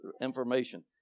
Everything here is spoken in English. information